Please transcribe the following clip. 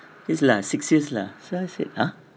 his last six years lah ah